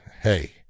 Hey